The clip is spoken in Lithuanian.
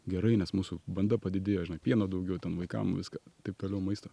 gerai nes mūsų banda padidėjo žinai pieno daugiau ten vaikam viską taip toliau maisto